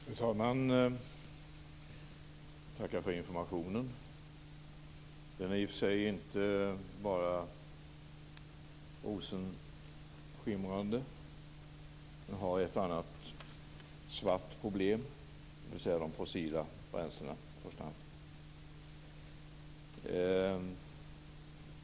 Fru talman! Tack för informationen. Den är i och för sig inte bara rosenskimrande. Den har ett och annat svart problem, dvs. de fossila bränslena i första hand.